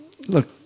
Look